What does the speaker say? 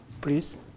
Please